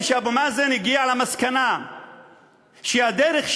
כשאבו מאזן הגיע למסקנה שהדרך שלו,